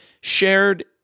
shared